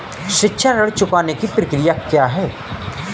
शिक्षा ऋण चुकाने की प्रक्रिया क्या है?